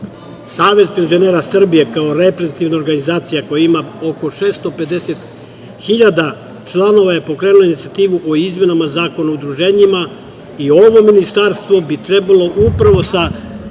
penzionera Srbije, kao reprezentativna organizacija koja ima oko 650.000 članova, je pokrenuo inicijativu o izmenama Zakona o udruženjima i ovo ministarstvo bi trebalo upravo sa